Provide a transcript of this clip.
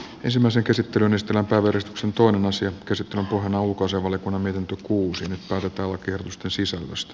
ensimmäisen käsittelyn ystävänpäiväristuksen tuon asian käsittelyn pohjana on ulkoasiainvaliokunnan mietintö